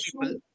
people